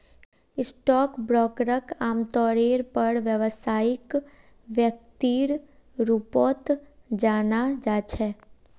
stock ब्रोकरक आमतौरेर पर व्यवसायिक व्यक्तिर रूपत जाना जा छे